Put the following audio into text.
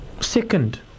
second